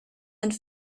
and